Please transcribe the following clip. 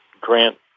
grant